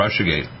Russiagate